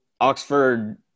oxford